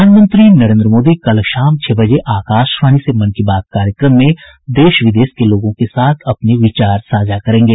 प्रधानमंत्री नरेन्द्र मोदी कल शाम छह बजे आकाशवाणी से मन की बात कार्यक्रम में देश विदेश के लोगों के साथ अपने विचार साझा करेंगे